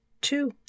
Two